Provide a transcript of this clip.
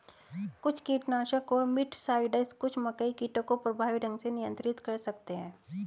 कुछ कीटनाशक और मिटसाइड्स कुछ मकई कीटों को प्रभावी ढंग से नियंत्रित कर सकते हैं